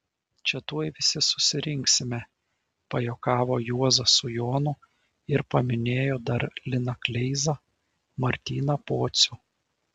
čia tuoj visi susirinksime pajuokavo juozas su jonu ir paminėjo dar liną kleizą martyną pocių